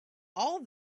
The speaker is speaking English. all